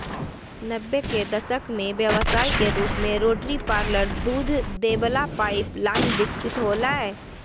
नब्बे के दशक में व्यवसाय के रूप में रोटरी पार्लर दूध दे वला पाइप लाइन विकसित होलय